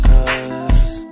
Cause